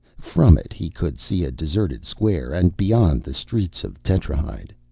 from it he could see a deserted square and, beyond, the streets of tetrahyde.